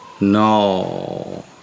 no